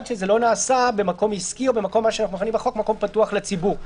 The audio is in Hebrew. שזה לא נעשה במקום עסקי או במקום פתוח לציבור,